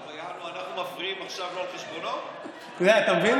ברור מאליו שאנחנו לא נשמש כרשת הביטחון של הממשלה הזאת,